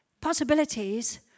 Possibilities